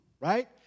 right